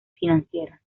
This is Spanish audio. financieras